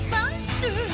Monster